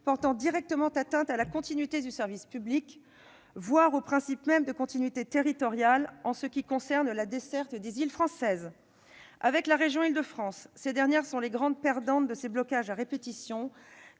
portant directement atteinte à la continuité du service public, voire au principe même de continuité territoriale en ce qui concerne la desserte des îles françaises. Avec la région d'Île-de-France, ces dernières sont les grandes perdantes des blocages à répétition,